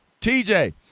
TJ